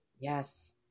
Yes